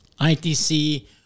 ITC